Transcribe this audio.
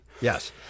Yes